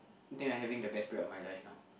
I think I'm having the best break of my life now